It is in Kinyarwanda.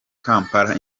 kampala